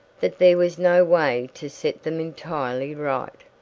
that there was no way to set them entirely right.